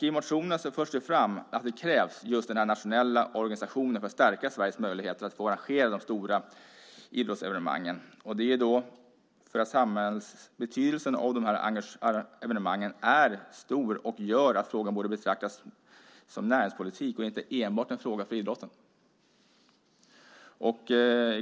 I motionerna förs fram att det krävs just denna nationella organisation för att stärka Sveriges möjligheter att få arrangera stora idrottsevenemang. Just detta att betydelsen för samhället av dessa evenemang är så stor gör att frågan borde betraktas som näringspolitik och inte enbart som en fråga för idrotten.